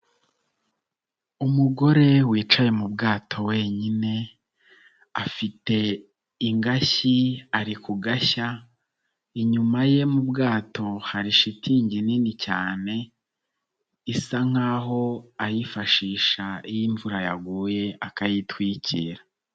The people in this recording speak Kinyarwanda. Umugore wicaye mu bwato wenyine, afite ingashyi ari kugashya, inyuma ye mu bwato hari shitingi nini cyane isa nk'aho ayifashisha iyo imvura yaguye akayitwikira.